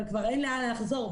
אבל כבר אין לאן לחזור.